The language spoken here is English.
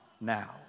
now